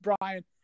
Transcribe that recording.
Brian